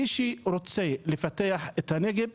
מי שרוצה לפתח את הנגב,